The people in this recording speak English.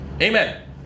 Amen